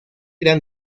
eran